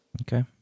Okay